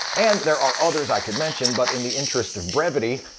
and there are others i could mention, but in the interest of brevity